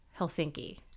Helsinki